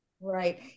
Right